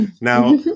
Now